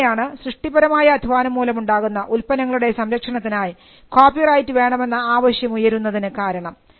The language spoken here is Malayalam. അതു തന്നെയാണ് സൃഷ്ടിപരമായ അധ്വാനം മൂലമുണ്ടാകുന്ന ഉൽപ്പന്നങ്ങളുടെ സംരക്ഷണത്തിനായി കോപ്പിറൈറ്റ് വേണമെന്ന ആവശ്യം ഉയരുന്നതിന് കാരണം